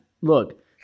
Look